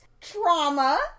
Trauma